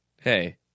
Hey